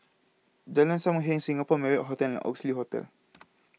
Jalan SAM Heng Singapore Marriott Hotel and Oxley Hotel